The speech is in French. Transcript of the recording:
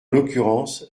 l’occurrence